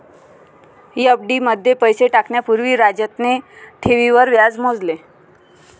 FD मध्ये पैसे टाकण्या पूर्वी राजतने ठेवींवर व्याज मोजले